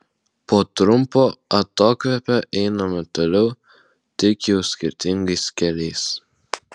po trumpo atokvėpio einame toliau tik jau skirtingais keliais